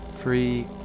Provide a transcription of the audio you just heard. Free